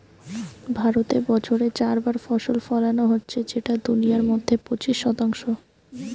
ভারতে বছরে চার বার ফসল ফোলানো হচ্ছে যেটা দুনিয়ার মধ্যে পঁচিশ শতাংশ